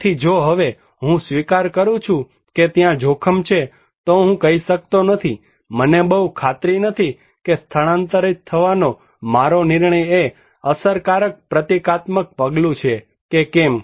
તેથી જો હવે હું સ્વીકાર કરું છું કે ત્યાં જોખમ છે તો હું કહી શકતો નથી મને બહુ ખાતરી નથી કે સ્થળાંતરિત થવાનો મારો નિર્ણય એ અસરકારક પ્રતીકાત્મક પગલું છે કે કેમ